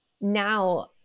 now